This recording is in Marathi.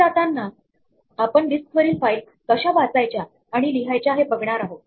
पुढे जाताना आपण डिस्कवरील फाईल कशा वाचायच्या आणि लिहायच्या हे बघणार आहोत